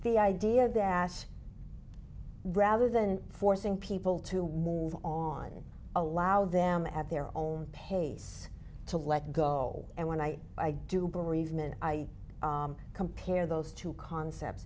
the idea that rather than forcing people to work on allow them at their own pace to let go and when i i do bereavement i compare those two concepts